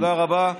תודה רבה.